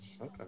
Okay